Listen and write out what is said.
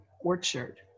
orchard